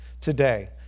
today